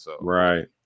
Right